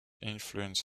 influence